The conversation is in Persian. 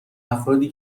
افرادی